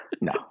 No